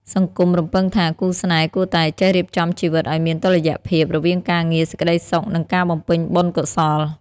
សង្គមរំពឹងថា គូស្នេហ៍គួរតែ "ចេះរៀបចំជីវិតឱ្យមានតុល្យភាព" រវាងការងារ សេចក្ដីសុខ និងការបំពេញបុណ្យកុសល។